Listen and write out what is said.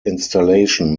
installation